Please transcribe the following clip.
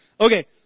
Okay